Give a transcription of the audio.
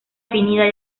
definida